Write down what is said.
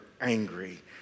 angry